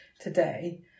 today